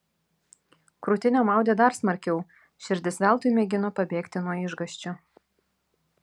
krūtinę maudė dar smarkiau širdis veltui mėgino pabėgti nuo išgąsčio